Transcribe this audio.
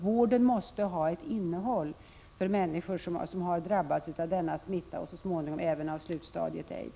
Vården måste ha ett innehåll för människor som har drabbats av denna smitta och så småningom även av slutstadiet aids.